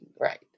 right